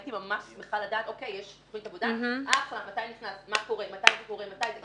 הייתי ממש שמחה לדעת שיש תוכנית עבודה ומתי זה נכנס ומתי זה קורה.